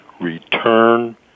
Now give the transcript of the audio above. return